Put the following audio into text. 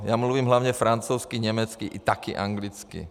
Já mluvím hlavně francouzsky, německy a taky anglicky.